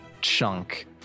chunk